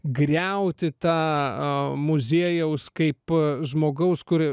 griauti tą muziejaus kaip žmogaus kur